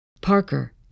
Parker